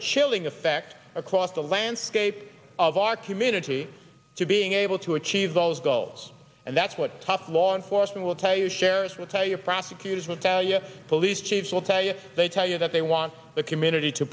a chilling effect across the landscape of our community to being able to achieve those goals and that's what tough law enforcement will tell you sheriff will tell your prosecutors will tell you police chiefs will tell you they tell you that they want the community to